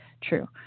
true